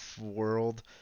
world